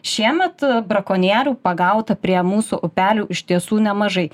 šiemet brakonierių pagauta prie mūsų upelių iš tiesų nemažai